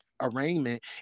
arraignment